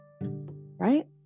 right